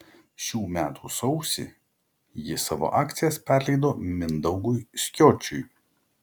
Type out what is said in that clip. šių metų sausį ji savo akcijas perleido mindaugui skiočiui